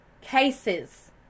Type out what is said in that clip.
cases